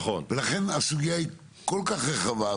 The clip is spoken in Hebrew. ולכן הסוגייה היא כל כך רחבה,